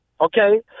Okay